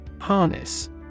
Harness